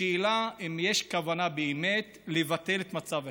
השאלה היא אם יש כוונה באמת לבטל את מצב החירום.